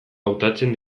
hautatzen